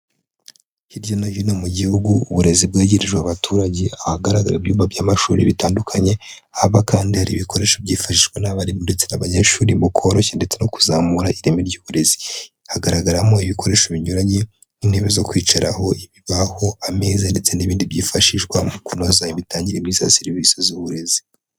Hirya no hino mu gihugu uburezi bwegerejwe aûbaturage, hagaragara ibyumba by'amashuri bitandukanye, haba kanda hari ibikoresho byifashishwa n'abarimu, ndetse n'abanyeshuri mu koroshya ndetse no kuzamura ireme ry'uburezi. Hagaragaramo ibikoresho binyuranye nk'intebe zo kwicaraho, ibibaho, ameza ndetse n'ibindi byifashishwa mu kunoza imitangire myiza serivisi z'uburezi.